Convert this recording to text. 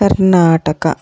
Karnataka